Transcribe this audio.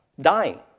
dying